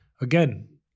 again